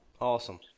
awesome